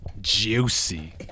Juicy